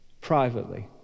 Privately